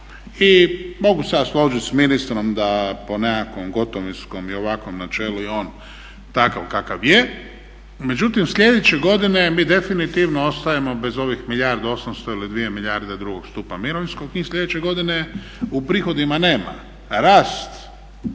I mogu se ja složit s ministrom da po nekakvom gotovinskom i ovakvom načelu je on takav kakav je, međutim sljedeće godine mi definitivno ostajemo bez ovih milijardu 800 ili 2 milijarde drugog stupa mirovinskog i sljedeće godine u prihodima nema. Rast